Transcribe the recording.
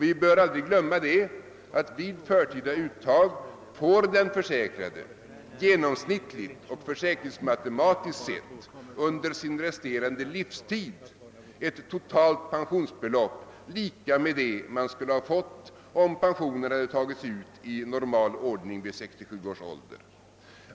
Vi bör aldrig glömma att vid förtida uttag får den försäkrade genomsnittligt och försäkringsmatematiskt sett under sin resterande livstid ett totalt pensionsbelopp lika med det han skulle ha fått om pensionen tagits ut i normal ordning vid 67 års ålder.